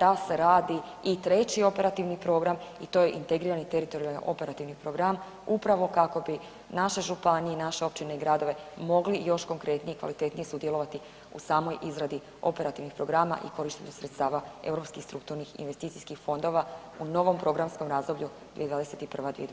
da se radi i 3. operativni program i to je integrirani teritorijalni operativni program, upravo kako bi naše županije, naši općine i gradove mogli još konkretnija i kvalitetnije sudjelovati u samoj izradi operativnih programa i korištenju sredstava europskih strukturnih i investicijskih fondova u novom programskom razdoblju 2021.-2027.